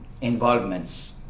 involvements